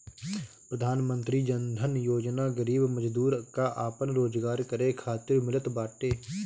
प्रधानमंत्री जन धन योजना गरीब मजदूर कअ आपन रोजगार करे खातिर मिलत बाटे